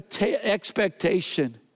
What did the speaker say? expectation